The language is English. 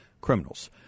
criminals